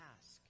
ask